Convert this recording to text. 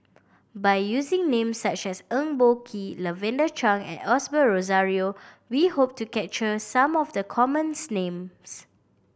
by using names such as Eng Boh Kee Lavender Chang and Osbert Rozario we hope to capture some of the common names